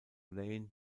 lane